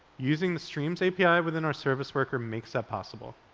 using the streams api within our service worker makes that possible.